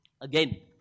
Again